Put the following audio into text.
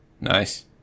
Nice